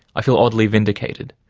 i feel oddly vindicated.